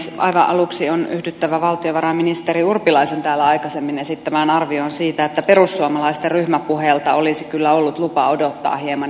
aivan aluksi on yhdyttävä valtiovarainministeri urpilaisen täällä aikaisemmin esittämään arvioon siitä että perussuomalaisten ryhmäpuheelta olisi kyllä ollut lupa odottaa hieman enemmän